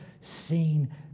seen